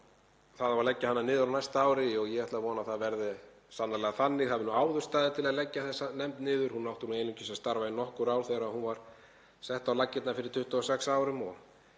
Það á að leggja hana niður á næsta ári og ég ætla að vona að það verði sannarlega þannig. Það hefur nú áður staðið til að leggja þessa nefnd niður. Hún átti nú einungis að starfa í nokkur ár þegar hún var sett á laggirnar fyrir 26 árum.